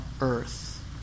earth